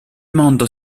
mondo